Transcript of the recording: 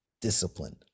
discipline